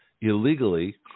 illegally